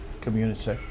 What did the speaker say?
community